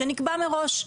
שנקבע מראש.